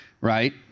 right